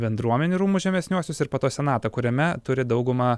bendruomenių rūmus žemesniuosius ir po to senatą kuriame turi daugumą